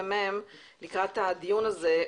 והמידע של הכנסת לקראת הדיון הזה.